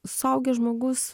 suaugęs žmogus